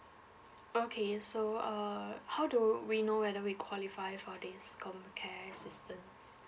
okay so err how do we know whether we qualify for this comcare assistance